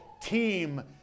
team